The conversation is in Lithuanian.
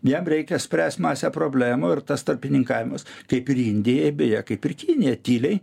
jam reikia spręst masę problemų ir tas tarpininkavimas kaip ir indija beje kaip ir kinija tyliai